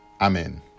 amen